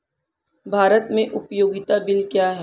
भारत में उपयोगिता बिल क्या हैं?